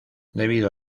debido